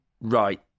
Right